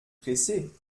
pressé